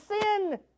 sin